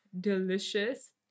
delicious